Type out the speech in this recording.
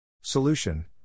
Solution